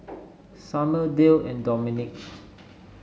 Summer Dale and Dominique